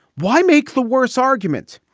why make the worse arguments?